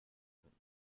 können